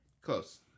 Close